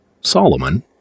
Solomon